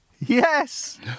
Yes